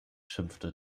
schimpfte